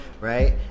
Right